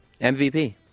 MVP